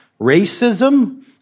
Racism